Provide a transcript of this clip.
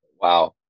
Wow